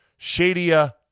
Shadia